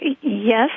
Yes